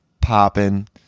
popping